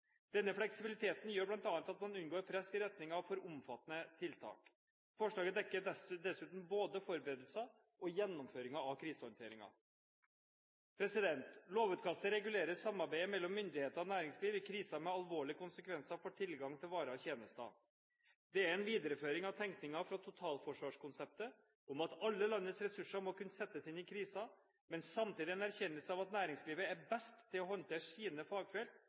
Denne fleksibiliteten gjør bl.a. at man unngår press i retning av for omfattende tiltak. Forslaget dekker dessuten både forberedelser og gjennomføring av krisehåndteringen. Lovutkastet regulerer samarbeidet mellom myndigheter og næringsliv i kriser med alvorlige konsekvenser for tilgangen til varer og tjenester. Dette er en videreføring av tenkningen fra totalforsvarskonseptet om at alle landets ressurser må kunne settes inn i kriser, men samtidig en erkjennelse av at næringslivet er best til å håndtere sine fagfelt